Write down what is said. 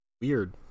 weird